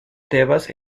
tebas